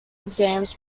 exams